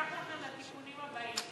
כהצעת הוועדה ועם ההסתייגות שנתקבלה,